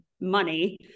money